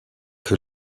que